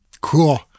Cool